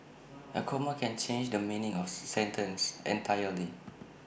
A comma can change the meaning of sentence entirely